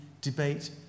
debate